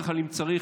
אם צריך,